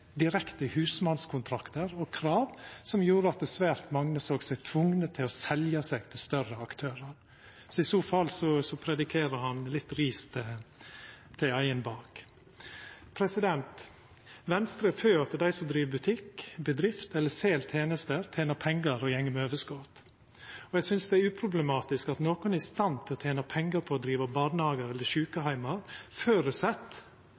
direkte husmannskontraktar og krav som gjorde at svært mange såg seg tvungne til å selja seg til større aktørar. I så fall lagar han litt ris til eigen bak. Venstre er for at dei som driv butikk, bedrift eller sel tenester, tener pengar og går med overskot. Eg synest det er uproblematisk at nokre er i stand til å tena pengar på å driva barnehagar eller